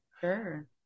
Sure